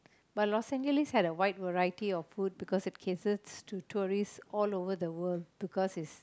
but Los Angeles had a wide variety of food because it caters to tourists all over the world because is